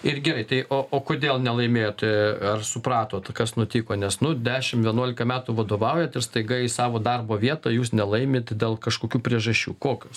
ir gerai tai o o kodėl nelaimėjote ar supratote kas nutiko nes nu dešimt vienuolika metų vadovaujat ir staiga į savo darbo vietą jūs nelaimit dėl kažkokių priežasčių kokios